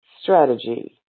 strategy